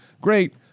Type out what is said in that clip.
Great